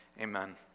amen